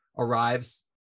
Arrives